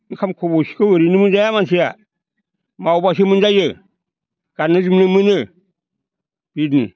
ओंखाम खबसेखौ ओरैनो मोनजाया मानसिया मावब्लासो मोनजायो गाननाय जोमनाय मोनो बिदिनो